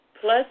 plus